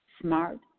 smart